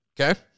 Okay